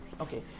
okay